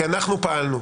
כי אנחנו פעלנו,